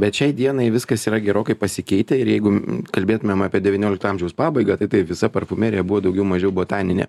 bet šiai dienai viskas yra gerokai pasikeitę ir jeigu kalbėtumėm apie devyniolikto amžiaus pabaigą tai taip visa parfumerija buvo daugiau mažiau botaninė